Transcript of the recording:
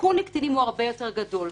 הסיכון לקטינים הוא הרבה יותר גדול.